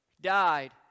died